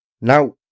Now